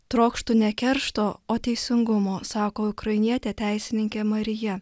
trokštu ne keršto o teisingumo sako ukrainietė teisininkė marija